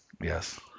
Yes